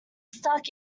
stuck